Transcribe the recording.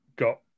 Got